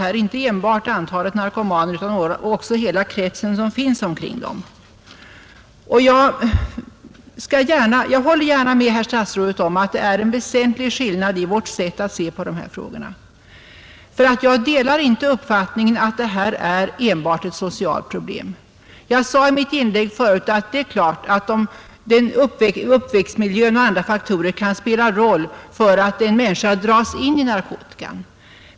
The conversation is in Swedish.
Det är inte enbart fråga om antalet narkomaner utan också hela den krets som finns omkring dem. Jag håller gärna med herr statsrådet om att det är en väsentlig skillnad i hans och mitt sätt att se på dessa problem. Jag delar inte uppfattningen att det här är enbart ett socialt problem. Jag sade i mitt förra inlägg att uppväxtmiljön och andra faktorer givetvis kan spela en roll för att en människa dras in i narkomanin.